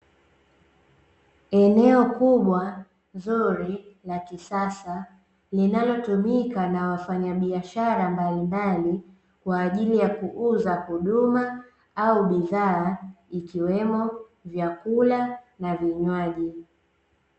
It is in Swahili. Eneo kubwa zuri la kisasa linalotumika na wafanyabiashara mbalimbali kwa ajili ya kuuza huduma au bidhaa ikiwemo vyakula na vinywaji.